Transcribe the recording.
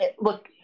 look